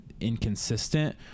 inconsistent